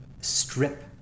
strip